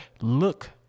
look